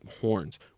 horns